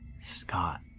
Scott